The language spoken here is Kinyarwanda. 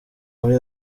muri